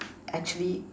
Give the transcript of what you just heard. actually